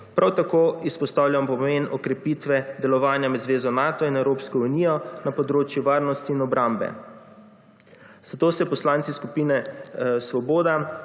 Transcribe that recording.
Prav tako izpostavljam pomen okrepitve delovanja med Zvezo Nato in Evropsko unijo na področju varnosti in obrambe. Zato se poslanci skupine Svoboda